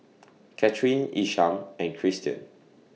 Katharine Isham and Kristian